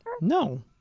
No